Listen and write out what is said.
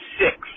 six